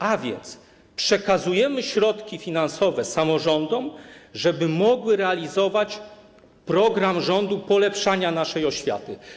A więc przekazujemy środki finansowe samorządom, żeby mogły realizować program rządu polepszania naszej oświaty.